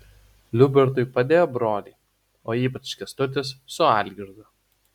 liubartui padėjo broliai o ypač kęstutis su algirdu